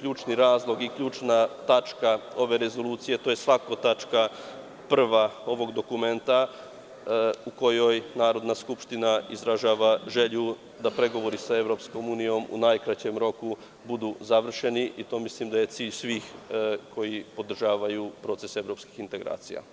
ključni razlog i ključna tačka ove rezolucije, a to je prva tačka ovog dokumenta, u kojoj Narodna skupština izražava želju da pregovori sa EU u najkraćem roku budu završeni i to mislim da je cilj svih koji podržavaju proces evropskih integracija.